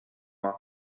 ماند